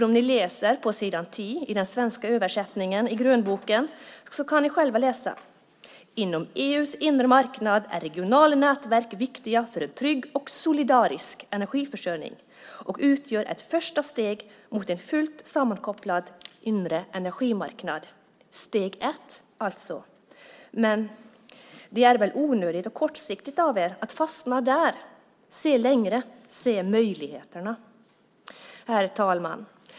På s. 10 i den svenska översättningen av grönboken kan ni själva läsa: Inom EU:s inre marknad är regionala nätverk det viktiga för en trygg och solidarisk energiförsörjning och utgör ett första steg mot en fullt sammankopplad inre energimarknad. Det var alltså steg ett. Det är väl onödigt och kortsiktigt av er att fastna där. Se längre, se möjligheterna! Herr talman!